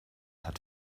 hat